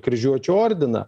kryžiuočių ordiną